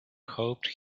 hoped